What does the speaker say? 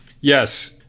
Yes